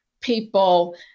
people